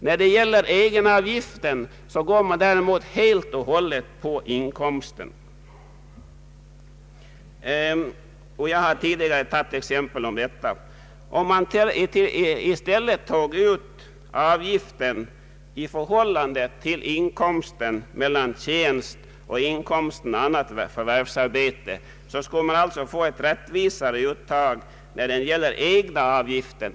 När det gäller egenavgiften går man däremot helt och hållet på själva inkomsten — jag har tidigare anfört exempel härpå. Om man i stället skulle ta ut avgiften i förhållande till inkomsten av tjänst och inkomsten av annat förvärvsarbete, skulle man få ett rättvisare avgiftsuttag beträffande egenavgiften.